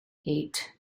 eight